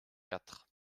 quatre